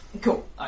Cool